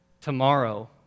tomorrow